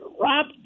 Rob